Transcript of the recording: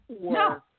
No